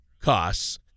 costs